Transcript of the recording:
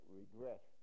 regret